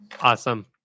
Awesome